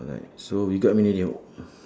alright so we got how many or not